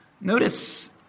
notice